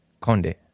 Conde